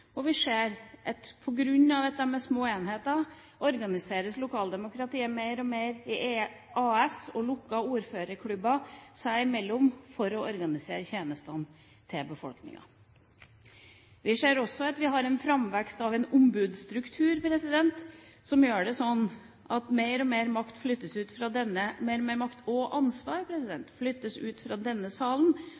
Vi ser at på grunn av at de er så små enheter, organiseres lokaldemokratiet mer og mer i AS-er og lukkede ordførerklubber for seg i mellom å organisere tjenestene til befolkninga. Vi ser også at vi har en framvekst av en ombudstruktur som gjør at mer og mer makt og ansvar flyttes ut fra denne salen og